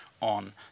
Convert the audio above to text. on